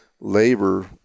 labor